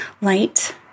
light